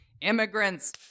immigrants